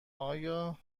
آیا